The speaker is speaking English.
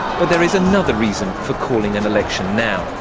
but there is another reason for calling an election now.